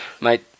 Mate